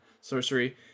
sorcery